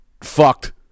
fucked